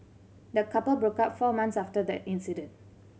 the couple broke up four months after the incident